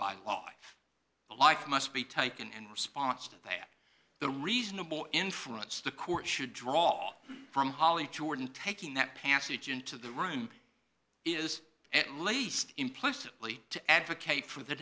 laws like must be taken and response to that the reasonable inference the court should draw from holly jordan taking that passage into the room is at least implicitly to advocate for the